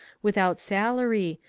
without salary,